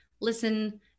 listen